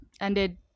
Ended